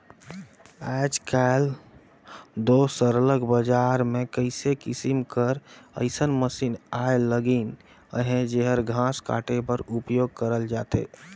आएज काएल दो सरलग बजार में कइयो किसिम कर अइसन मसीन आए लगिन अहें जेहर घांस काटे बर उपियोग करल जाथे